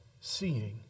seeing